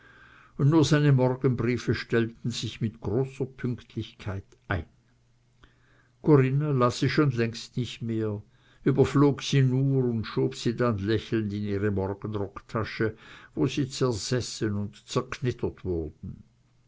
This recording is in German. und nur seine morgenbriefe stellten sich mit großer pünktlichkeit ein corinna las sie schon längst nicht mehr überflog sie nur und schob sie dann lächelnd in ihre morgenrocktasche wo sie zersessen und zerknittert wurden